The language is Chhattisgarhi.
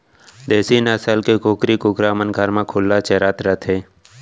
देसी नसल के कुकरी कुकरा मन घर म खुल्ला चरत रथें